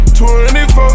24